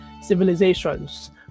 civilizations